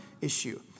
issue